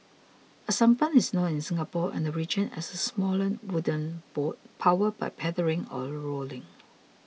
a sampan is known in Singapore and region as a smaller wooden boat powered by paddling or rowing